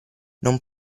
non